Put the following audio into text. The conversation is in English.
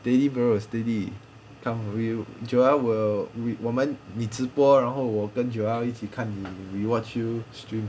steady bro steady come we joel will 我们你直播然后我跟 joel 一起看你 we watch you stream